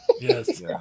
Yes